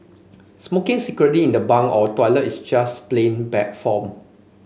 smoking secretly in the bunk or toilet is just plain bad form